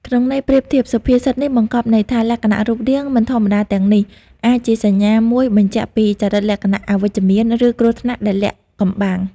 ក្នុងន័យប្រៀបធៀប សុភាសិតនេះបង្កប់ន័យថា លក្ខណៈរូបរាងមិនធម្មតាទាំងនេះ អាចជាសញ្ញាមួយបញ្ជាក់ពីចរិតលក្ខណៈអវិជ្ជមាន ឬគ្រោះថ្នាក់ដែលលាក់កំបាំង។